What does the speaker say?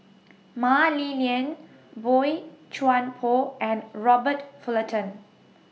Mah Li Lian Boey Chuan Poh and Robert Fullerton